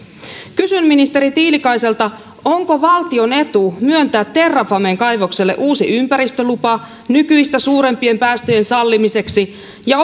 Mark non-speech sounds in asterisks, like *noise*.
kysyn ministeri tiilikaiselta onko valtion etu myöntää terrafamen kaivokselle uusi ympäristölupa nykyistä suurempien päästöjen sallimiseksi ja *unintelligible*